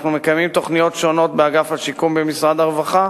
אנחנו מקיימים תוכניות שונות באגף השיקום במשרד הרווחה